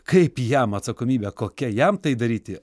kaip jam atsakomybė kokia jam tai daryti